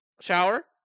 shower